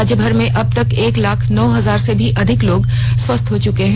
राज्यभर में अब तक एक लाख नौ हजार से भी अधिक लोग स्वस्थ हो चुके हैं